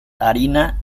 harina